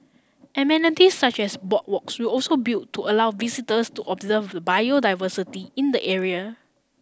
amenities such as boardwalks will also built to allow visitors to observe the biodiversity in the area